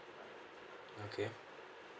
okay